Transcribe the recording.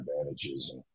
advantages